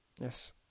Yes